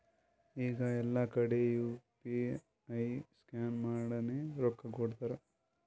ಈಗ ಎಲ್ಲಾ ಕಡಿ ಯು ಪಿ ಐ ಸ್ಕ್ಯಾನ್ ಮಾಡಿನೇ ರೊಕ್ಕಾ ಕೊಡ್ಲಾತಾರ್